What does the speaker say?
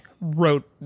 wrote